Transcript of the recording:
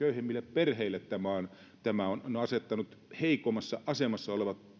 perheitä köyhimmistä perheistä heikoimmassa asemassa